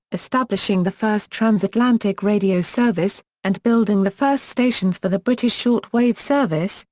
establishing the first transatlantic radio service, and building the first stations for the british short wave service,